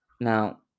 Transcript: Now